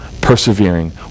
persevering